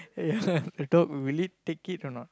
ya lah the dog will it take it or not